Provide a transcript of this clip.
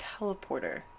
teleporter